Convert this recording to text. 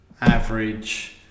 average